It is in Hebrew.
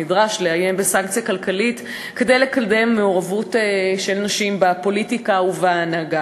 נדרש לאיים בסנקציה כלכלית כדי לקדם מעורבות של נשים בפוליטיקה ובהנהגה.